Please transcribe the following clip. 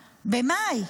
במאי,